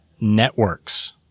networks